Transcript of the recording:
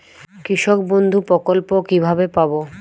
কৃষকবন্ধু প্রকল্প কিভাবে পাব?